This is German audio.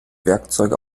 werkzeuge